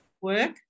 Work